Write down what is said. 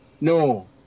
No